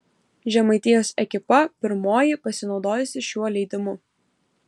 žemaitijos ekipa pirmoji pasinaudojusi šiuo leidimu